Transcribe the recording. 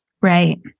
right